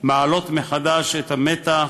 מעלים מחדש את המתח